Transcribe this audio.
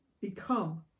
become